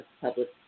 public